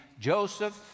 Joseph